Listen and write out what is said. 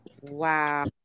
Wow